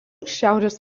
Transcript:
šiaurės